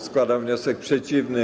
Składam wniosek przeciwny.